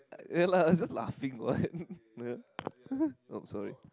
ya lah just laughing what uh oh sorry